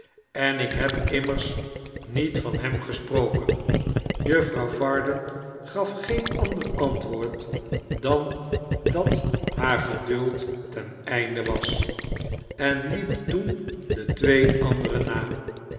en ik heb immers niet van hem gesproken juffrouw varden gaf geen ander antwoord dan dat haar geduld ten einde was en hep toen de twee anderen na